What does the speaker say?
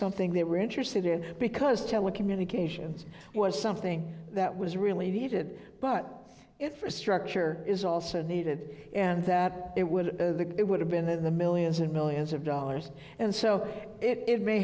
something they were interested in because telecommunications was something that was really needed but infrastructure is also needed and that it would the it would have been in the millions and millions of dollars and so it